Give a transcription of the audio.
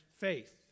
faith